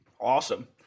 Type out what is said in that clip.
awesome